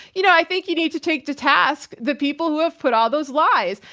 you know, i think you need to take to task the people who have put all those lies.